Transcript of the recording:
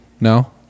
No